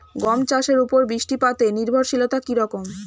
গম চাষের উপর বৃষ্টিপাতে নির্ভরশীলতা কী রকম?